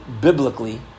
biblically